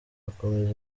akomeza